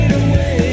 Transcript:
away